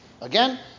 Again